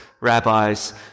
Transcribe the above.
rabbis